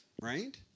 Right